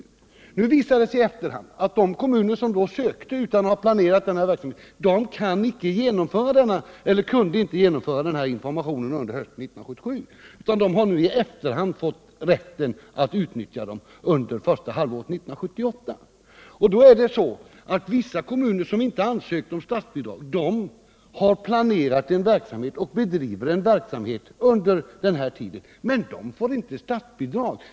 Det har visat sig att de kommuner som då sökte bidrag utan att ha planerat sådan här verksamhet inte har kunnat klara denna information under hösten 1977, utan de har i efterhand fått rätt att utnyttja medlen under första halvåret 1978. Vissa kommuner, som inte ansökt om statsbidrag, har planerat och bedrivit informationsverksamhet under den här tiden, men de får inte statsbidrag.